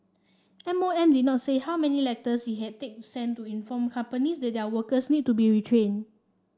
M O M did not say how many letters it had did sent to inform companies that their workers needed to be retrained